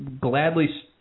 gladly